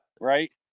Right